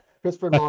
Christopher